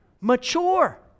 mature